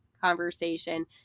conversation